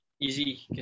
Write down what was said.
easy